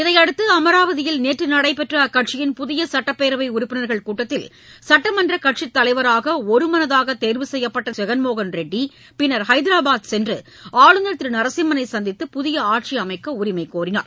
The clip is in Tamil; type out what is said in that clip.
இதையடுத்து அமராவதியில் நேற்று நடைபெற்ற அக்கட்சியின் புதிய சுட்டப்பேரவை உறுப்பினர்கள் கூட்டத்தில் சட்டமன்றக் கட்சித் தலைவராக ஒருமனதாக தேர்வு செய்யப்பட்ட திரு ஜெகன்மோகன் ரெட்டி பின்னர் ஹைதராபாத் சென்று ஆளுநர் திரு நரசிம்மனை சந்தித்து புதிய ஆட்சி அமைக்க உரிமை கோரினார்